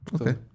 okay